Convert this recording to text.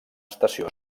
estació